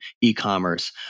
e-commerce